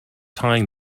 tying